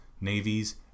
navies